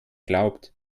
glaubt